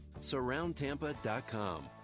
Surroundtampa.com